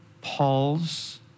Paul's